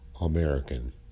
American